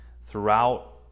Throughout